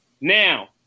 Now